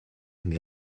mais